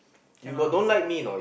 can lah